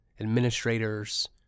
administrators